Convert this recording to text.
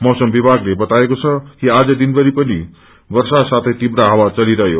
मौसम विभागले बताएको छ कि आज दिनभरि पनि वर्षा साथै तीव्र हावा चलिरहयो